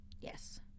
Yes